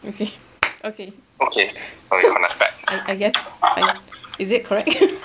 okay okay sorry I guess is it correct